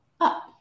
up